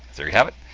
there you have it,